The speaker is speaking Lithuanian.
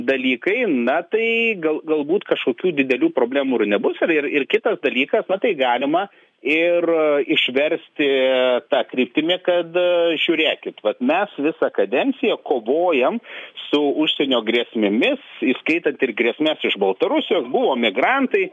dalykai na tai gal galbūt kažkokių didelių problemų ir nebus ir ir ir kitas dalykas na tai galima ir išversti ta kryptimi kad žiūrėkit vat mes visą kadenciją kovojam su užsienio grėsmėmis įskaitant ir grėsmes iš baltarusijos buvo migrantai